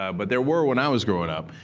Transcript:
um but there were when i was growing up.